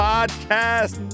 Podcast